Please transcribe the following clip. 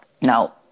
now